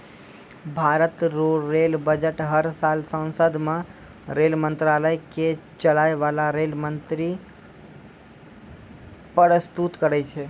भारत रो rail budget हर साल सांसद मे रेल मंत्रालय के चलाय बाला रेल मंत्री परस्तुत करै छै